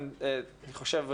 אני חושב,